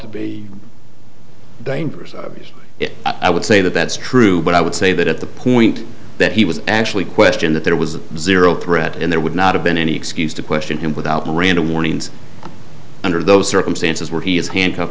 to be dangerous obviously if i would say that that's true but i would say that at the point that he was actually questioned that there was a zero threat and there would not have been any excuse to question him without miranda warnings under those circumstances where he is handcuff